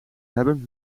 hebben